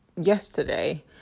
yesterday